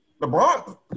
LeBron